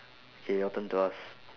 K your turn to ask